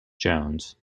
jones